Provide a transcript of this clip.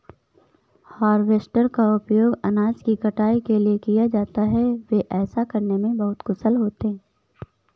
harvester का उपयोग अनाज की कटाई के लिए किया जाता है, वे ऐसा करने में बहुत कुशल होते हैं